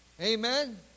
Amen